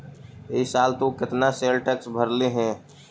ई साल तु केतना सेल्स टैक्स भरलहिं हे